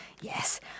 yes